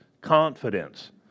confidence